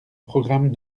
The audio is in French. programme